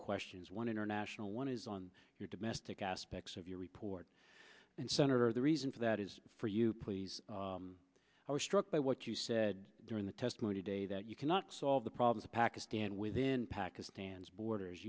questions one international one is on your domestic aspects of your report and senator the reason for that is for you please i was struck by what you said during the testimony today that you cannot solve the problems of pakistan within pakistan's borders